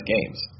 games